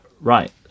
Right